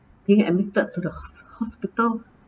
he admitted to the hos~ hospital